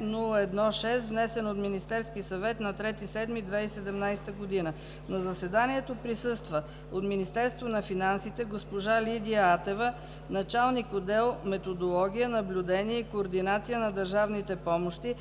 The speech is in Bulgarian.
702-01-6, внесен от Министерския съвет на 3 юли 2017 г. На заседанието присъства от Министерството на финансите – госпожа Лидия Атева – началник отдел „Методология, наблюдение и координация на държавните помощи“